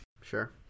Sure